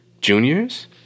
Juniors